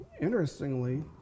Interestingly